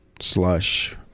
slush